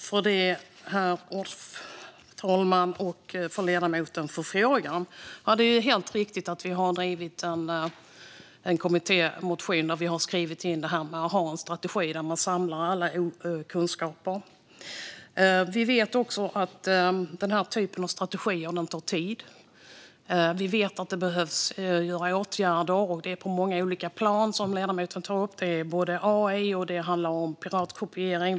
Herr talman! Jag tackar ledamoten för frågan. Det är helt riktigt att vi har drivit en kommittémotion där vi har skrivit in det här med att ha en strategi där man samlar alla kunskaper. Vi vet att den här typen av strategi tar tid. Vi vet att det behöver vidtas åtgärder och det på många olika plan, som ledamoten tar upp. Det handlar om både AI och piratkopiering.